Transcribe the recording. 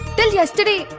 till yestarday,